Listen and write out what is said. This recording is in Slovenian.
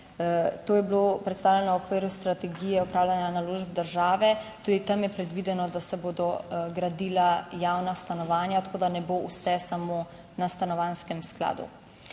To je bilo predstavljeno v okviru strategije upravljanja naložb države, tudi tam je predvideno, da se bodo gradila javna stanovanja, tako da ne bo vse samo na stanovanjskem skladu.